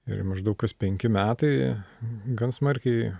ir maždaug kas penki metai gan smarkiai